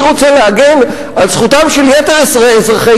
אני רוצה להגן על זכותם של יתר אזרחי